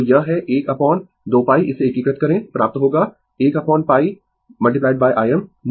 तो यह है 1 अपोन 2π इसे एकीकृत करें प्राप्त होगा 1 अपोन π Im